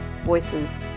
voices